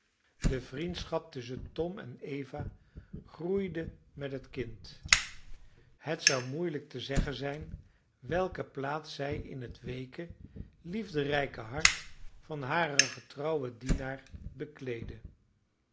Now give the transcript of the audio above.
de vriendschap tusschen tom en eva groeide met het kind het zou moeielijk te zeggen zijn welke plaats zij in het weeke liefderijke hart van haren getrouwen dienaar bekleedde